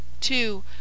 two